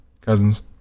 cousins